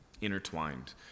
intertwined